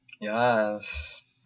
Yes